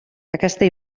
aquesta